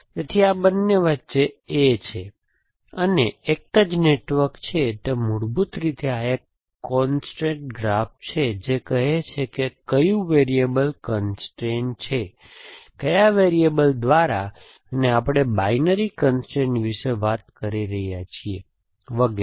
તેથી આ બંને વચ્ચે A છે અને એક જ નેટવર્ક છે તે મૂળભૂત રીતે આ એક કોન્સ્ટ્રેટ ગ્રાફ છે જે કહે છે કે કયું વેરીએબલ કન્સ્ટ્રેન છે કયા વેરીએબલ દ્વારા અને આપણે બાઈનરી કન્સ્ટ્રેઈન વિશે વાત કરી રહ્યા છીએ વગેરે